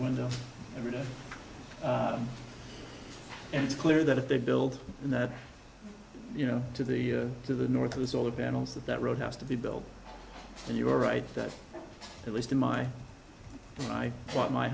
window every day and it's clear that if they build in that you know to the to the north was all the panels that that road has to be built and you are right that at least in my m